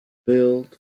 built